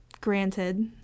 granted